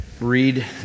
read